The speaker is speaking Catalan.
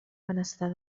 benestar